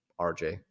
RJ